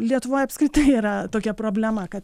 lietuvoj apskritai yra tokia problema kad